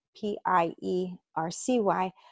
P-I-E-R-C-Y